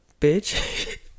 bitch